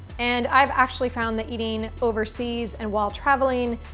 and i've actually found that eating overseas and while traveling,